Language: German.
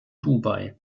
dubai